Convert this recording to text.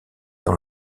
dans